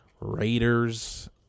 Raiders